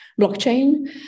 blockchain